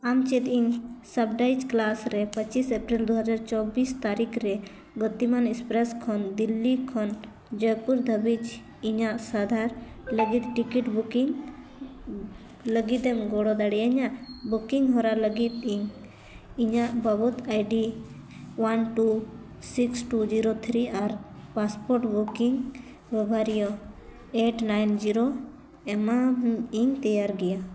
ᱟᱢ ᱪᱮᱫ ᱤᱧ ᱥᱟᱯᱨᱟᱭᱤᱡᱽ ᱠᱞᱟᱥ ᱨᱮ ᱯᱚᱸᱪᱤᱥ ᱥᱮᱹᱯᱴᱮᱹᱢᱵᱚᱨ ᱫᱩ ᱦᱟᱡᱟᱨ ᱪᱚᱵᱽᱵᱤᱥ ᱛᱟᱹᱨᱤᱠᱷ ᱨᱮ ᱵᱟᱹᱛᱤᱢᱟᱱ ᱮᱹᱠᱥᱯᱨᱮᱹᱥ ᱠᱷᱚᱱ ᱫᱤᱞᱞᱤ ᱠᱷᱚᱱ ᱡᱚᱭᱯᱩᱨ ᱫᱷᱟᱹᱵᱤᱡ ᱤᱧᱟᱹᱜ ᱥᱟᱸᱜᱷᱟᱨ ᱞᱟᱹᱜᱤᱫ ᱴᱤᱠᱤᱴ ᱵᱩᱠᱤᱝ ᱞᱟᱹᱜᱤᱫ ᱮᱢ ᱜᱚᱲᱚ ᱫᱟᱲᱮᱭᱤᱧᱟ ᱵᱩᱠᱤᱝ ᱦᱚᱨᱟ ᱞᱟᱹᱜᱤᱫ ᱤᱧ ᱤᱧᱟᱹᱜ ᱵᱟᱵᱚᱫᱽ ID one two six two zero three ᱟᱨ ᱯᱟᱥᱯᱳᱨᱴ ᱵᱩᱠᱤᱝ ᱵᱮᱵᱷᱟᱨᱤᱭᱚ ᱮᱭᱤᱴ ᱱᱟᱭᱤᱱ ᱡᱤᱨᱳ ᱮᱢᱟ ᱤᱧ ᱛᱮᱭᱟᱨ ᱜᱮᱭᱟ